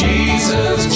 Jesus